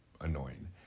annoying